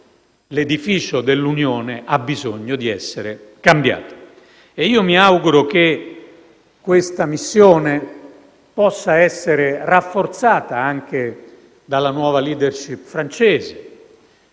L'edificio dell'Unione ha bisogno di essere cambiato. Mi auguro che questa missione possa essere rafforzata anche dalla nuova *leadership* francese